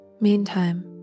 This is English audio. Meantime